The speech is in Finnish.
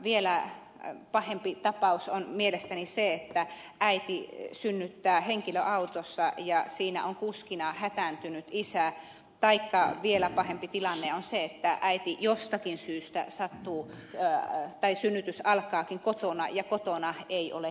vielä pahempi tapaus on mielestäni se että äiti synnyttää henkilöautossa ja siinä on kuskina hätääntynyt isä taikka vielä pahempi tilanne on se että synnytys jostakin syystä alkaakin kotona ja kotona ei ole ketään toista